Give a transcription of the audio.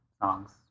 songs